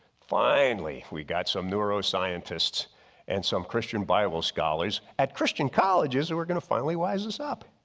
finally we got some neuroscientists and some christian bible scholars at christian colleges that we're gonna finally wise this up.